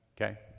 Okay